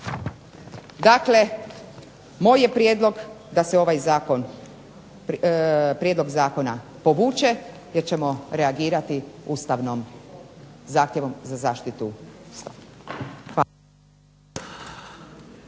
Dakle, moj je prijedlog da se ovaj Prijedlog zakona povuče jer ćemo reagirati ustavnom, zahtjevom za zaštitu